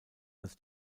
als